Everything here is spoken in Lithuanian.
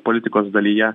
politikos dalyje